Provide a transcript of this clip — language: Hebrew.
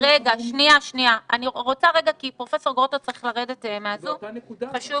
זו אותה נקודה אבל.